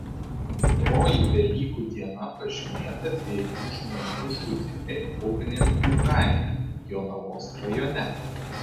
antroji velykų diena pažymėta dviejų žmonių žūtimi upninkų kaime jonavos rajone